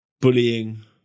bullying